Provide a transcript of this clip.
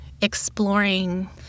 exploring